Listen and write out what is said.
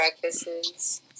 breakfasts